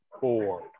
four